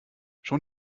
schon